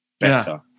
better